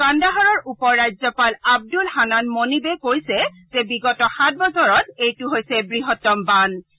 কাণ্ডাহাৰৰ উপ ৰাজ্যপাল আব্দুল হানান মনীবে কৈছে যে বিগত সাত বছৰত এইটো হৈছে বৃহত্তম বানপানী